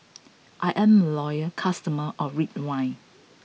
I'm a loyal customer of Ridwind